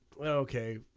Okay